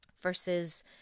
versus